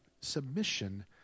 submission